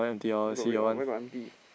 where got read off where got empty